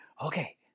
Okay